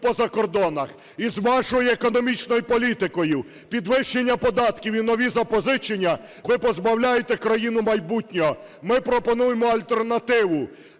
Із вашою економічною політикою – підвищення податків і нові запозичення, ви позбавляєте країну майбутнього. Ми пропонуємо альтернативу